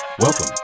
Welcome